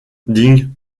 din